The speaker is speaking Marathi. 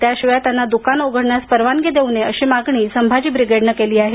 त्याशिवाय व्यापाऱ्यांना दुकाने उघडण्यास परवानगी देऊ नये अशी मागणी संभाजी ब्रिगेडने केली आहे